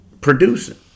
producing